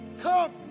Come